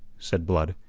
said blood,